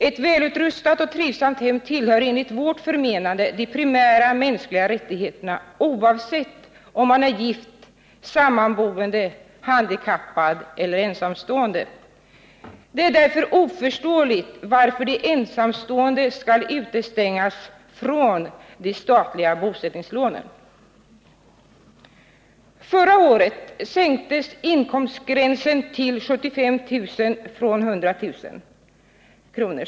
Ett välutrustat och trivsamt hem tillhör enligt vårt förmenande de primära mänskliga rättigheterna, oavsett om man är gift, sammanboende, handikappad eller ensamstående. Det är därför oförståeligt att de ensamstående skall utestängas från de statliga bosättningslånen. Förra året sänktes inkomstgränsen från 100 000 till 75 000 kr.